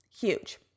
huge